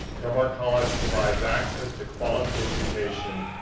del mar college provides access to quality education,